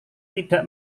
tidak